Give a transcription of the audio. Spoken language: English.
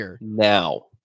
now